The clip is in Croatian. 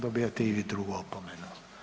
Dobivate i vi drugu opomenu.